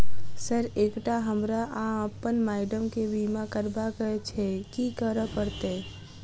Sir एकटा हमरा आ अप्पन माइडम केँ बीमा करबाक केँ छैय की करऽ परतै?